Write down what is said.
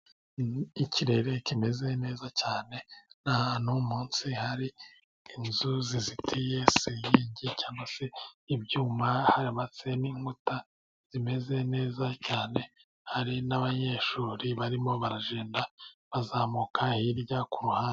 Ikirere kimeze neza cyane n'ahantu munsi hari inzu zizitije senyenge cyangwa se ibyuma, hubatse n'inkuta zimeze neza cyane, hari n'abanyeshuri barimo baragenda bazamuka hirya ku ruhande.